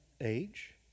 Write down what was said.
age